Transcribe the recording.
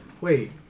wait